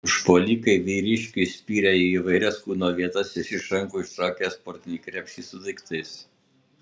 užpuolikai vyriškiui spyrė į įvairias kūno vietas ir iš rankų ištraukė sportinį krepšį su daiktais